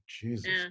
Jesus